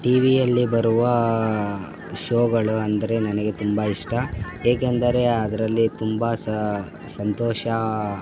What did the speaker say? ಟಿವಿಯಲ್ಲಿ ಬರುವ ಶೋಗಳು ಅಂದರೆ ನನಗೆ ತುಂಬ ಇಷ್ಟ ಏಕೆಂದರೆ ಅದರಲ್ಲಿ ತುಂಬ ಸಂತೋಷ